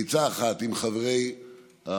בעצה אחת עם חברי הוועדה,